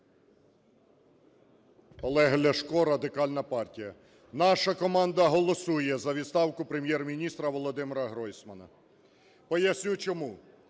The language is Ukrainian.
Олег Ляшко, Радикальна партія. Наша команда голосує за відставку Прем’єр-міністра Володимира Гройсмана. Поясню чому.